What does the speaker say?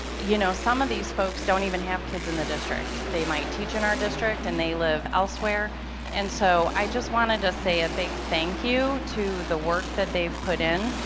you know some of these folks don't even have kids in the district. they might teach in our district and they live elsewhere and so i just wanted to say a big thank you to the work that they've put in.